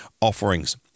offerings